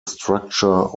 structure